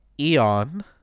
Eon